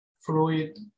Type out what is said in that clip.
fluid